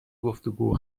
گفتگو